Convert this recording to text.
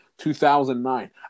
2009